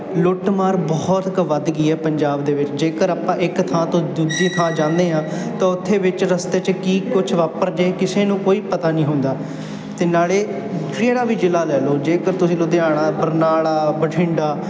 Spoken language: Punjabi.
ਲੁੱਟਮਾਰ ਬਹੁਤ ਕੁ ਵੱਧ ਗਈ ਹੈ ਪੰਜਾਬ ਦੇ ਵਿੱਚ ਜੇਕਰ ਆਪਾਂ ਇੱਕ ਥਾਂ ਤੋਂ ਦੂਜੀ ਥਾਂ ਜਾਦੇ ਹਾਂ ਤਾਂ ਉੱਥੇ ਵਿੱਚ ਰਸਤੇ 'ਚ ਕੀ ਕੁਛ ਵਾਪਰ ਜਾਏ ਕਿਸੇ ਨੂੰ ਕੋਈ ਪਤਾ ਨਹੀਂ ਹੁੰਦਾ ਅਤੇ ਨਾਲੇ ਜਿਹੜਾ ਵੀ ਜ਼ਿਲ੍ਹਾ ਲੈ ਲਓ ਜੇਕਰ ਤੁਸੀਂ ਲੁਧਿਆਣਾ ਬਰਨਾਲਾ ਬਠਿੰਡਾ